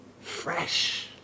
fresh